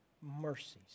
mercies